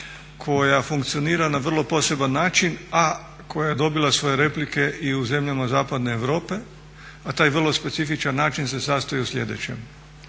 koja funkcionira na vrlo poseban način, a koja je dobila svoje replike i u zemljama zapadne Europe, a taj vrlo specifičan način se sastoji od sljedećeg,